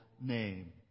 name